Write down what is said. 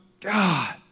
God